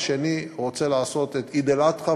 השני רוצה לעשות את עיד אל-אדחא,